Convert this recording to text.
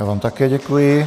Já vám také děkuji.